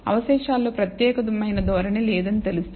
అవశేషాలలో ప్రత్యేకమైన ధోరణి లేదని తెలుస్తోంది